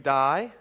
die